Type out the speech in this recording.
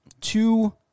two